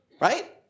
Right